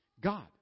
God